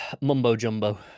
mumbo-jumbo